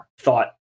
thought